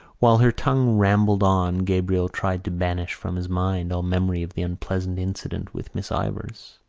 while her tongue rambled on gabriel tried to banish from his mind all memory of the unpleasant incident with miss ivors.